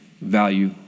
value